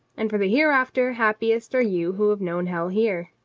and for the hereafter, happiest are you who have known hell here.